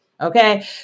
Okay